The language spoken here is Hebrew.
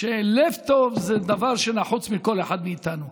שלב טוב זה דבר שנחוץ בכל אחד מאיתנו.